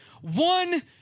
One